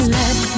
let